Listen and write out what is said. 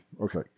Okay